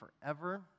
forever